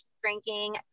Drinking